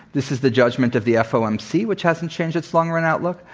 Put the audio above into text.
this is the judgment of the fomc, which hasn't changed its long-run outlook.